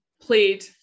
played